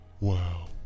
Wow